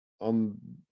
on